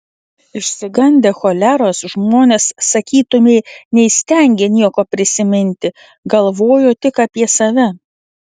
išsigandę choleros žmonės sakytumei neįstengė nieko prisiminti galvojo tik apie save